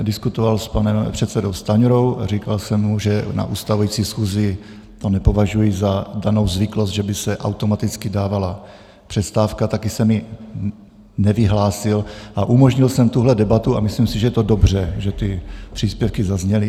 Diskutoval jsem s panem předsedou Stanjurou, říkal jsem mu, že na ustavující schůzi to nepovažuji za danou zvyklost, že by se automaticky dávala přestávka, taky jsem ji nevyhlásil a umožnil jsem tuhle debatu a myslím si, že je to dobře, že ty příspěvky zazněly.